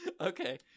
Okay